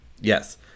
Yes